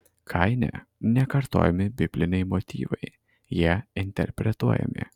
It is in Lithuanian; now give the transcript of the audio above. kaine nekartojami bibliniai motyvai jie interpretuojami